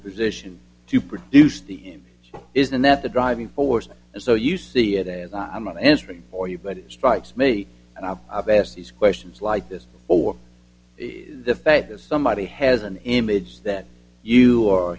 a position to produce the in isn't that the driving force and so you see it and i'm not answering for you but it strikes me and i have asked these questions like this or the fact that somebody has an image that you or